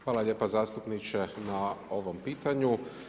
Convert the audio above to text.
Hvala lijepa zastupniče na ovom pitanju.